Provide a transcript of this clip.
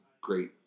great